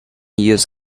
use